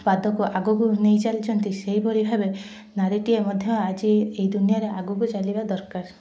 ପାଦକୁ ଆଗକୁ ନେଇଚାଲିଛନ୍ତି ସେହିପରି ଭାବେ ନାରୀଟିଏ ମଧ୍ୟ ଆଜି ଏଇ ଦୁନିଆରେ ଆଗକୁ ଚାଲିବା ଦରକାର